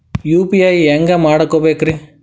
UPI ಹ್ಯಾಂಗ ಮಾಡ್ಕೊಬೇಕ್ರಿ?